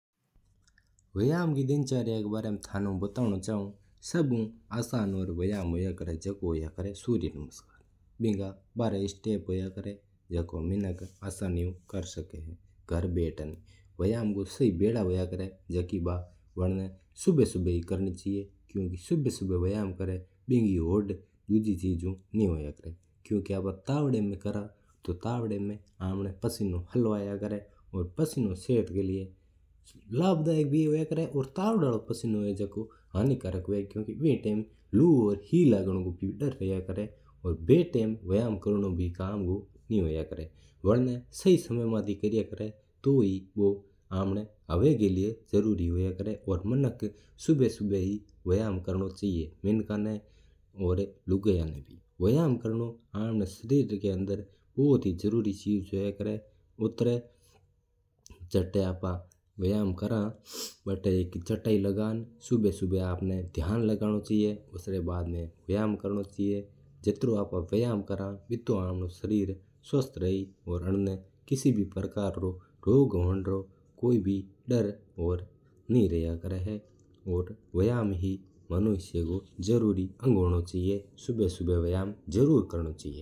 व्यायाम रे दिनचर्या हूं हंगना एक बार बतावनो चहू हूं। सभु आसान व्यायाम हुआ है झकों हुआ है सूर्या नमस्कार। इक्का बारह स्टेप होया करा है झकों मिनक आसानी ऊ कर सक घरा भेटन। व्यायाम की सही बेला हुआ है वा हुआ है सुभ सुभ री बेला। क्यूंकि अगर आपा तावड़ा में करा तो पसीनो हाल्लो आवा और कोई कम रो भी कोन हुआ है। वन्ना सही समय ही करनो चाहिये व्यायाम करनो अपना सरीर रा वास्ता घनो ही उपयोगी चीज हुआ करा है ज्यू हेंगा ना व्यायाम करनो चावा।